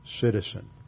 citizen